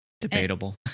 Debatable